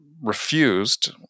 refused